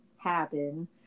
happen